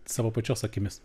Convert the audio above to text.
savo pačios akimis